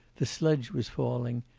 the sledge was falling,